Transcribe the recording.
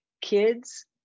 kids